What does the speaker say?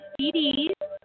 CD's